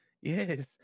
yes